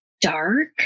dark